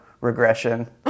regression